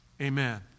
Amen